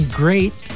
great